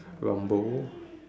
rambo